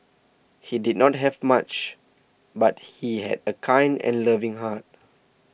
he did not have much but he had a kind and loving heart